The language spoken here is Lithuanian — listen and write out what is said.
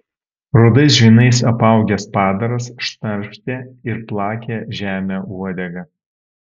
rudais žvynais apaugęs padaras šnarpštė ir plakė žemę uodega